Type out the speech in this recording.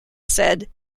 said